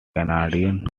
canadian